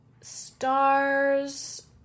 stars